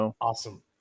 awesome